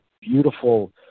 beautiful